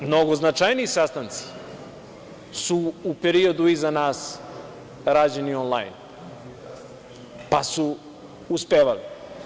Mnogo značajniji sastanci su u periodu iza nas rađeni onlajn, pa su uspevali.